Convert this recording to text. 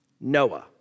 Noah